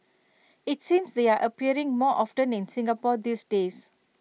IT seems they're appearing more often in Singapore these days